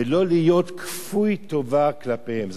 ולא להיות כפוי טובה כלפיהן.